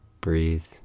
Breathe